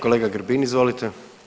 Kolega Grbin, izvolite.